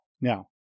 Now